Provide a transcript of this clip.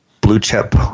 blue-chip